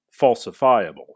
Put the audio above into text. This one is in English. falsifiable